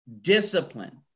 discipline